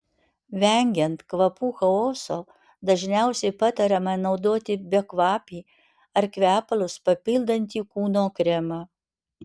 vengiant kvapų chaoso dažniausiai patariama naudoti bekvapį ar kvepalus papildantį kūno kremą